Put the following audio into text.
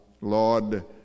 Lord